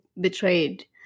betrayed